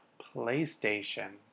PlayStation